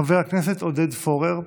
חבר הכנסת עודד פורר,